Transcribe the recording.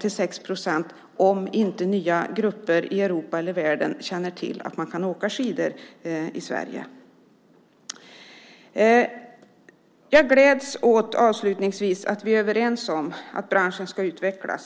till 6 procent om inte nya grupper i Europa eller i världen känner till att man kan åka skidor i Sverige? Jag gläds, avslutningsvis, åt att vi är överens om att branschen ska utvecklas.